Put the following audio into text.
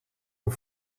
een